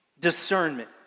discernment